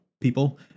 people